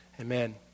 amen